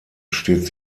steht